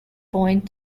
point